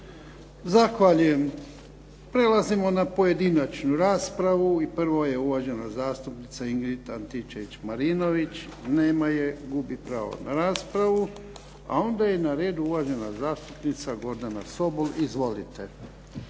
Zahvaljujem. Prelazimo na pojedinačnu raspravu. Prvo je uvažena zastupnica Ingrid Antičević-Marinović. Nema je. Gubi pravo na raspravu. Onda je na redu uvažena zastupnica Gordana Sobol. Izvolite.